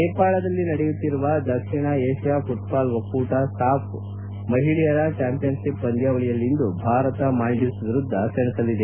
ನೇಪಾಳದಲ್ಲಿ ನಡೆಯುತ್ತಿರುವ ದಕ್ಷಿಣ ಏಷ್ಯಾ ಘಟ್ದಾಲ್ ಒಕ್ಕೂಟ ಸಾಫ್ ಮಹಿಳೆಯರ ಚಾಂಪಿಯನ್ ಚಿಪ್ ಪಂದ್ಯಾವಳಿಯಲ್ಲಿಂದು ಭಾರತ ಮಾಲ್ದೀವ್ಸ್ ವಿರುದ್ದ ಸೆಣಸಲಿದೆ